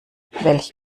welch